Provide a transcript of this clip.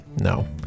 No